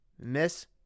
miss